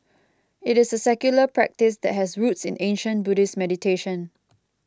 it is a secular practice that has roots in ancient Buddhist meditation